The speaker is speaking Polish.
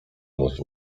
musi